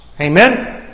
Amen